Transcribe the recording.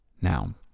Now